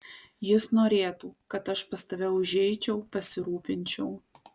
jis norėtų kad aš pas tave užeičiau pasirūpinčiau